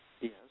Yes